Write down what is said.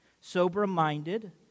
sober-minded